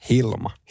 Hilma